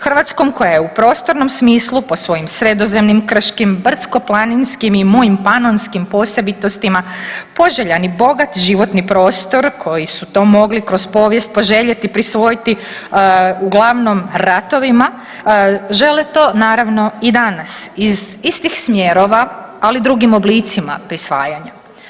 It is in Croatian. Hrvatskom koja je u prostornom smislu po svojim sredozemnim krškim, brdskoplaninskim i mojim panonskim posebitostima poželjan i bogat životni prostor koji to mogli kroz povijest priželjeti posvojiti uglavnom ratovima žele to naravno i danas iz istih smjerova ali drugim oblicima prisvajanja.